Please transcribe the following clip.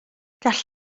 gall